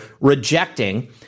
rejecting